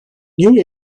new